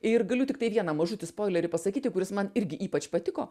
ir galiu tiktai vieną mažutį spoilerį pasakyti kuris man irgi ypač patiko